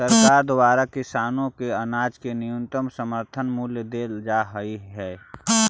सरकार द्वारा किसानों को अनाज का न्यूनतम समर्थन मूल्य देल जा हई है